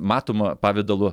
matomu pavidalu